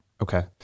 Okay